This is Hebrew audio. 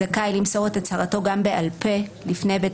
זכאי למסור את הצהרתו גם בעל פה לפני בית